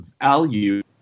value